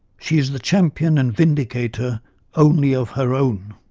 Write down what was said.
she is the champion and vindicator only of her own.